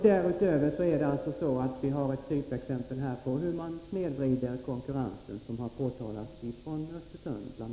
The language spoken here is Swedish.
Därutöver har vi ett typexempel på hur man snedvrider konkurrensen, vilket bl.a. har påtalats från Östersund.